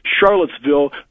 Charlottesville